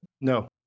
No